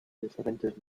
diferentes